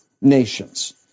nations